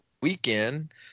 weekend